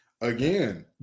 Again